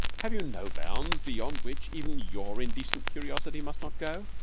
have you no bounds beyond which even your indecent curiosity must not go?